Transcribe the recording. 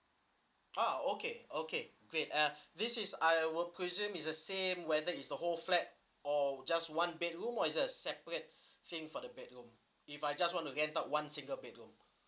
ah okay okay great uh this is I requisite is the same whether is the whole flat or just one bedroom or it's a separate thing for the bedroom if I just want to rent out one single bedroom